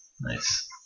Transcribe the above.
Nice